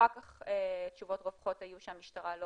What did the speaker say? אחר כך תשובות רווחות היו שהמשטרה לא